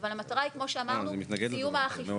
אבל, המטרה היא, כמו שאמרנו, סיום האכיפה.